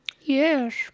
Yes